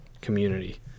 community